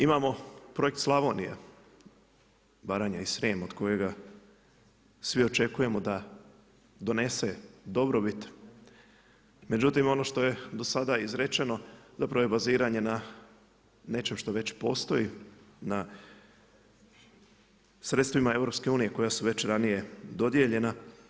Imamo projekt Slavonija, Baranja i Srijem od kojega svi očekujemo da donese dobrobit, međutim ono što je do sada izrečeno, zapravo je baziranje na nečem što već postoji, na sredstvima EU, koja su već ranije dodijeljena.